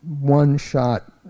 one-shot